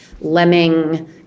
lemming